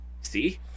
see